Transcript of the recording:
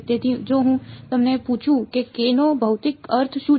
તેથી જો હું તમને પૂછું કે k નો ભૌતિક અર્થ શું છે